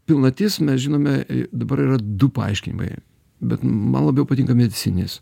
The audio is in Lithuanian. pilnatis mes žinome dabar yra du paaiškinimai bet man labiau patinka medicininis